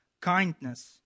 kindness